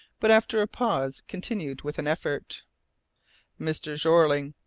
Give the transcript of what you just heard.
but after a pause, continued with an effort mr. jeorling,